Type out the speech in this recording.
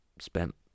Spent